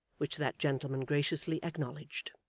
which that gentleman graciously acknowledged.